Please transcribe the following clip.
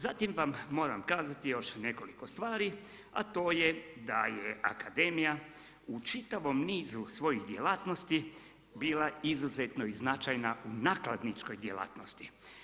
Zatim vam moram kazati još nekoliko stvari a to je da je akademija u čitavom nizu svojih djelatnosti bila izuzetno i značajna u nakladničkoj djelatnosti.